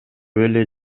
эле